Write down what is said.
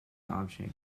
object